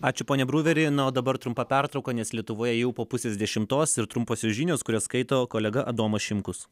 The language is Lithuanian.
ačiū pone bruveri na o dabar trumpa pertrauka nes lietuvoje jau po pusės dešimtos ir trumposios žinios kurias skaito kolega adomas šimkus